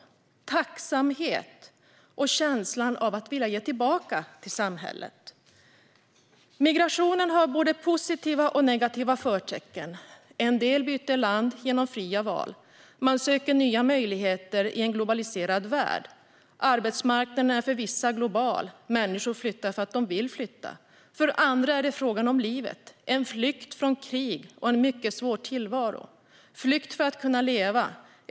Jag känner tacksamhet, och har en känsla av att vilja ge tillbaka till samhället. Migrationen har både positiva och negativa förtecken. En del byter land genom fria val. Man söker nya möjligheter i en globaliserad värld. Arbetsmarknaden är för vissa global. Människor flyttar för att de vill flytta. För andra är det en fråga om livet - en flykt från krig och en mycket svår tillvaro. Flykt för att kunna leva.